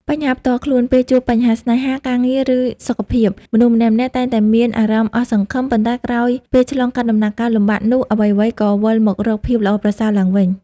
បញ្ហាផ្ទាល់ខ្លួន ពេលជួបបញ្ហាស្នេហា ការងារ ឬសុខភាព មនុស្សម្នាក់ៗតែងតែមានអារម្មណ៍អស់សង្ឃឹម ប៉ុន្តែក្រោយពេលឆ្លងកាត់ដំណាក់កាលលំបាកនោះ អ្វីៗក៏វិលមករកភាពល្អប្រសើរឡើងវិញ។